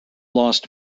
lost